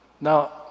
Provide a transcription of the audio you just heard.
now